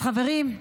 אז חברים,